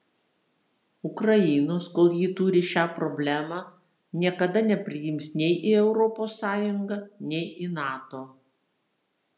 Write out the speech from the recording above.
ukrainos kol ji turi šią problemą niekada nepriims nei į europos sąjungą nei į nato